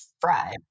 fried